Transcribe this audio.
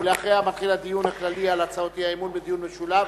ואחריה מתחיל הדיון הכללי על הצעות האי-אמון בדיון משולב.